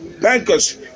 bankers